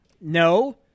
No